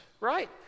right